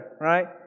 right